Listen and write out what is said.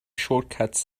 shortcuts